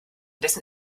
dessen